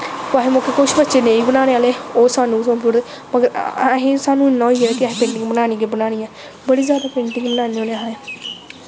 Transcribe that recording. कुसै मौके कुछ बच्चे नेईं बनाने आह्ले ओह् सानूं सौंपी ओड़दे असें सानूं इन्ना होई गेदा कि असें पेंटिंग बनानी गै बनानी ऐ बड़ी जादा पेंटिंग बनान्ने होन्ने अस